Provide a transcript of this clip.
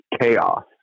chaos